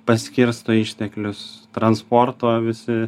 paskirsto išteklius transporto visi